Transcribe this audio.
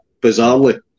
bizarrely